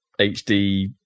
HD